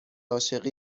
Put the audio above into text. عاشقی